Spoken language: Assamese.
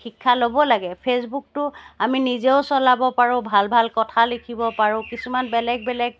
শিক্ষা ল'ব লাগে ফে'চবুকটো আমি নিজেও চলাব পাৰো ভাল ভাল কথা লিখিব পাৰো কিছুমান বেলেগ বেলেগ